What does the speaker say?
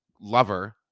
lover